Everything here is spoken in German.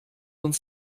uns